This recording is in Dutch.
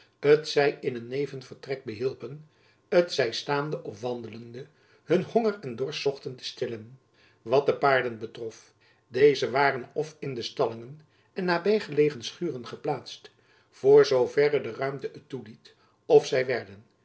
t zij in een nevenvertrek behielpen t zij staande of wandelende hun honger en dorst zochten te stillen wat de paarden betrof deze waren of in de stallingen en nabygelegen schuren geplaatst voor zooverre de ruimte het toeliet of zy werden